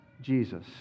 Jesus